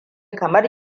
kamar